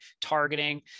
targeting